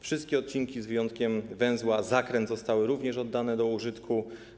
Wszystkie odcinki, z wyjątkiem węzła Zakręt, zostały również oddane do użytku.